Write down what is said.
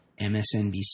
MSNBC